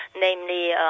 namely